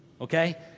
Okay